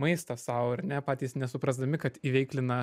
maistą sau ar ne patys nesuprasdami kad įveiklina